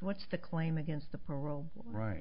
what's the claim against the